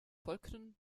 folgten